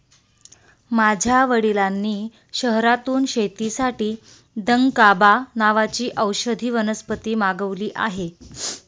माझ्या वडिलांनी शहरातून शेतीसाठी दकांबा नावाची औषधी वनस्पती मागवली आहे